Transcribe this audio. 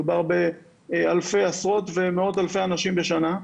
מדובר באלפי, עשרות ומאות אלפי אנשים בשנה.